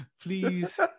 please